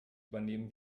übernehmen